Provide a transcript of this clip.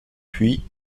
puis